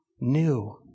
new